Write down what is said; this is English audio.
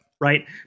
Right